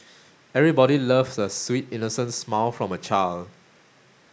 everybody loves a sweet innocent smile from a child